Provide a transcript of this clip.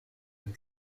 and